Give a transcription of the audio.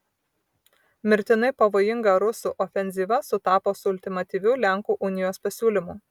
mirtinai pavojinga rusų ofenzyva sutapo su ultimatyviu lenkų unijos pasiūlymu